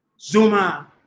Zuma